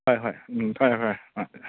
ꯍꯣꯏ ꯍꯣꯏ ꯎꯝ ꯐꯔꯦ ꯐꯔꯦ ꯑꯗꯨꯗꯤ